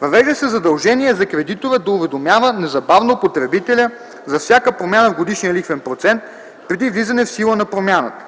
Въвежда се задължение за кредитора да уведомява незабавно потребителя за всяка промяна в годишния лихвен процент преди влизане в сила на промяната.